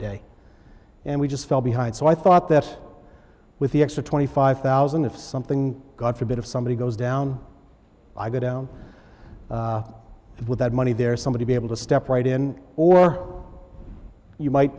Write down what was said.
day and we just fell behind so i thought that with the extra twenty five thousand if something god forbid if somebody goes down i go down and with that money there is somebody be able to step right in or you might